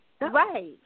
Right